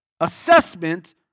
Assessment